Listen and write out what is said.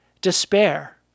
despair